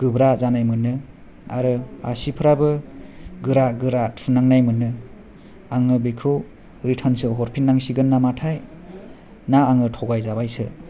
गोब्रा जानाय मोनो आरो आसिफ्राबो गोरा गारा थुनांनाय मोनो आहो बेखौ रिथार्नसो हरफिननांसिगोन नामाथाय ना आङो थगायजाबायसो